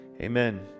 Amen